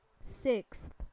sixth